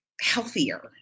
healthier